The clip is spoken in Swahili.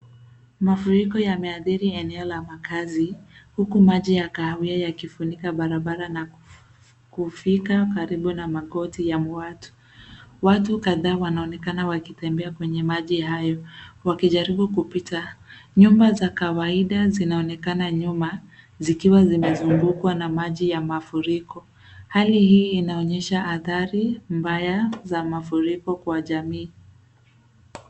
Mafuriko yameathiri maeneo ya kazi, huku maji ya kahawia yakifunika barabara na kufika karibu na magoti ya watu. Watu kadhaaa wanaonekana wakitembea kwenye maji hayo wakijaribu kupita. Nyumba za kawaida zinaonekana nyuma zikiwa zimezungukwa na maji ya mafuriko. Hali hii inaonyesha athari mbaya za mafuriko kwa jamii.